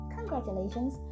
Congratulations